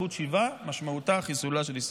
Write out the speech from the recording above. זכות שיבה משמעותה חיסולה של ישראל.